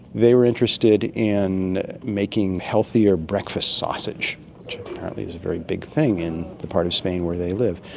they were interested in making healthier breakfast sausage, which apparently is a very big thing in the part of spain where they live.